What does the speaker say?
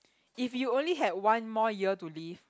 if you only had one more year to live